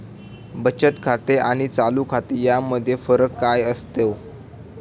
बचत खाते आणि चालू खाते यामध्ये फरक काय असतो?